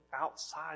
outside